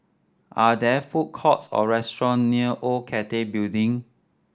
are there food courts or restaurant near Old Cathay Building